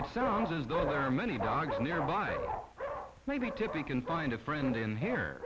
it sounds as though there are many dogs nearby maybe to be can find a friend in here